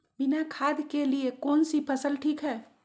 बिना खाद के लिए कौन सी फसल ठीक है?